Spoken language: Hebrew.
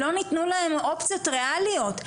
לא ניתנו להם אופציות ריאליות.